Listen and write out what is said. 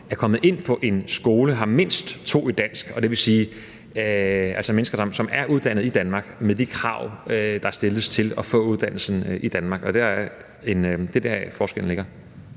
er kommet ind på en skole og har mindst 02 i dansk, dvs. mennesker, som er uddannet i Danmark med de krav, der stilles til at få uddannelsen i Danmark. Det er deri, forskellen ligger.